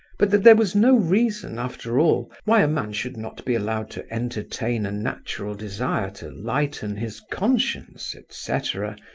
but that there was no reason, after all, why a man should not be allowed to entertain a natural desire to lighten his conscience, etc,